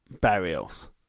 burials